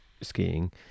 skiing